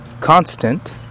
constant